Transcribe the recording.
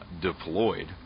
deployed